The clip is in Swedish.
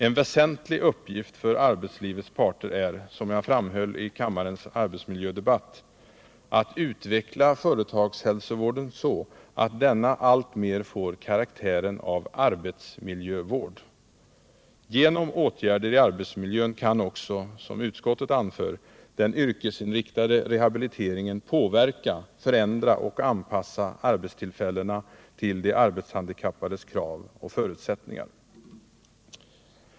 En väsentlig uppgift för arbetslivets parter är — som jag framhöll i kammarens arbetsmiljödebatt — att utveckla företagshälsovården så att denna alltmer får karaktären av arbetsmiljövård! Genom åtgärder i arbetsmiljön kan också, som utskottet anför, den yrkesinriktade rehabiliteringen påverka, förändra och anpassa arbetstillfällena till de arbetshandikappades krav och förutsättningar.